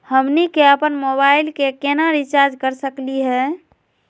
हमनी के अपन मोबाइल के केना रिचार्ज कर सकली हे?